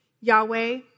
Yahweh